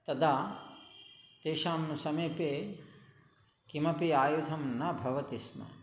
तदा तेषां समीपे किमपि आयुधं न भवति स्म